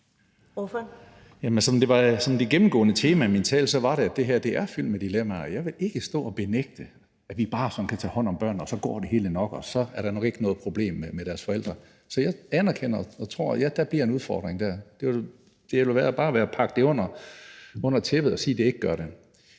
Hønge (SF): Det gennemgående tema i min tale var, at det her er fyldt med dilemmaer, og jeg vil ikke stå og sige, at vi bare sådan kan tage hånd om børnene, at det hele så nok går, og at der nok ikke er noget problem med deres forældre. Så jeg anerkender og tror, at ja, der bliver en udfordring dér. Det ville være at feje det ind under gulvtæppet at sige, at der ikke gør det.